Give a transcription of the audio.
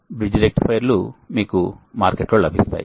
bridge rectifier లు మీకు మార్కెట్లో లభిస్తాయి